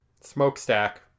smokestack